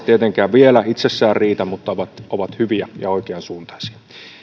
tietenkään vielä itsessään riitä mutta ovat ovat hyviä ja oikeansuuntaisia